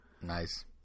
Nice